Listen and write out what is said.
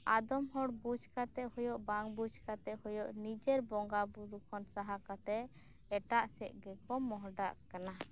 ᱟᱫᱚᱢ ᱦᱚᱲ ᱵᱩᱡᱽᱠᱟᱛᱮᱫ ᱦᱳᱭᱳᱜ ᱵᱟᱝ ᱵᱩᱡᱽ ᱠᱟᱛᱮᱫ ᱦᱳᱭᱳᱜ ᱱᱤᱡᱮᱨ ᱵᱚᱸᱜᱟ ᱵᱩᱨᱩ ᱠᱷᱚᱱ ᱥᱟᱦᱟ ᱠᱟᱛᱮᱫ ᱮᱴᱟᱜ ᱥᱮᱫ ᱜᱮᱠᱚ ᱢᱚᱦᱚᱰᱟᱜ ᱠᱟᱱᱟ